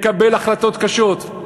לקבל החלטות קשות.